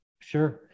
Sure